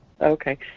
okay